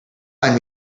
find